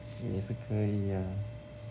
也是可以啊